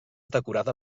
decorada